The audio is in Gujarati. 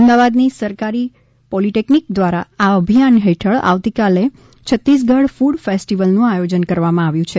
અમદાવાદ ની સરકારી પોલિટેક્નિક દ્વારા આ અભિયાન હેઠળ આવતીકાલે છત્તીસગઢ ફૂડ ફેસ્ટિવલનું આયોજન કરવામાં આવ્યું છે